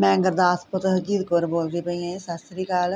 ਮੈਂ ਗੁਰਦਾਸਪੁਰ ਤੋਂ ਹਰਜੀਤ ਕੌਰ ਬੋਲਦੀ ਪਈ ਹਾਂ ਜੀ ਸਤਿ ਸ਼੍ਰੀ ਅਕਾਲ